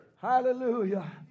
hallelujah